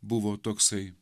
buvo toksai